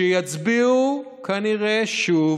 שיצביעו, כנראה, שוב,